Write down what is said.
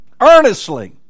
earnestly